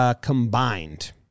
combined